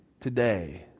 today